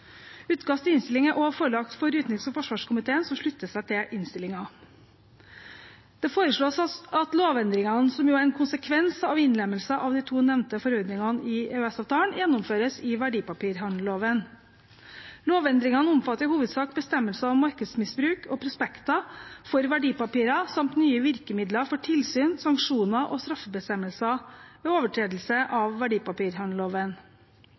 Utkast til innstilling er også forelagt utenriks- og forsvarskomiteen, som slutter seg til innstillingen. Det foreslås at lovendringene, som jo er en konsekvens av innlemmelse av de to nevnte forordningene i EØS-avtalen, gjennomføres i verdipapirhandelloven. Lovendringene omfatter i hovedsak bestemmelser om markedsmisbruk og prospekter for verdipapirer samt nye virkemidler for tilsyn, sanksjoner og straffebestemmelser ved overtredelse